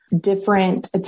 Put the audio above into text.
different